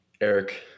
Eric